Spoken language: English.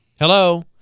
Hello